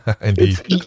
Indeed